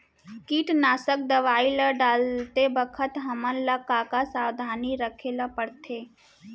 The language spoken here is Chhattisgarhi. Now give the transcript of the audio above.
कीटनाशक दवई ल डालते बखत हमन ल का का सावधानी रखें ल पड़थे?